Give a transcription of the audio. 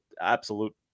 absolute